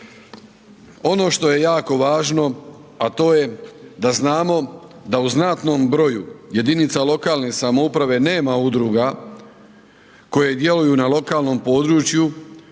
Ono što je jako važno, a to je da znamo da u znatnom broju jedinica lokalne samouprave nema udruga koje djeluju na lokalnom području